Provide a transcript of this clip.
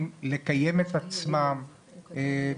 ת וגם את העובדה שהמערכות האקולוגיות